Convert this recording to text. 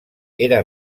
era